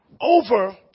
Over